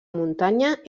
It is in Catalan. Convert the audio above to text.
muntanya